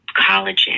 collagen